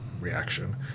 reaction